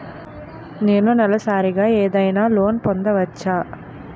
నేను నెలసరిగా ఏదైనా లోన్ పొందవచ్చా?